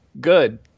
good